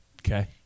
okay